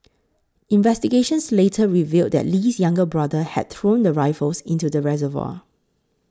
investigations later revealed that Lee's younger brother had thrown the rifles into the reservoir